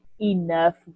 enough